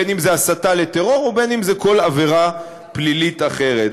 בין שזה הסתה לטרור ובין שזה כל עבירה פלילית אחרת.